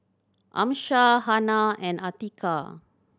Amsyar Hana and Atiqah